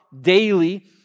daily